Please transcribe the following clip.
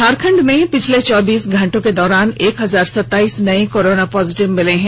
झारखण्ड में पिछले चौबीस घंटे के दौरान एक हजार सताइस नये कोरोना पॉजिटिव मिले हैं